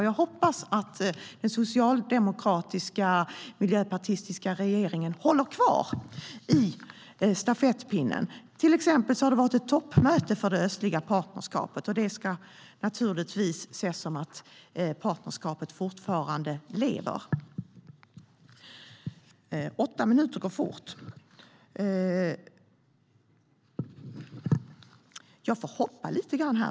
Jag hoppas att den socialdemokratiska och miljöpartistiska regeringen håller kvar stafettpinnen. Det har till exempel varit ett toppmöte för det östliga partnerskapet. Det ska naturligtvis ses som att partnerskapet fortfarande lever. Herr talman!